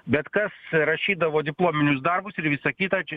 bet kas rašydavo diplominius darbus ir visą kitą čia